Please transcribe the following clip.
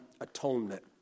atonement